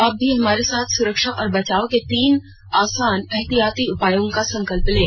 आप भी हमारे साथ सुरक्षा और बचाव के तीन आसान एहतियाती उपायों का संकल्प लें